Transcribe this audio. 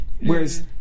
Whereas